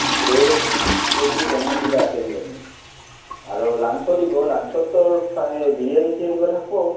bread patties এনেহেন কিবা আছে কিজানি আৰু লাঞ্চ দিব লাঞ্চত ত'ৰ ফ্ৰাই বিৰিয়ানী চিৰিয়ানি কিবা থাকব